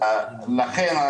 לכן,